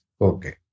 Okay